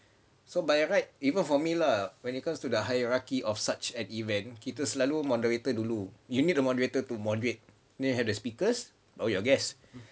so by right even for me lah when it comes to the hierarchy of such an event kita selalu moderator dulu you need a moderator to moderate then you have the speakers or your guests